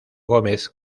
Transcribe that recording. gómez